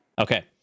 Okay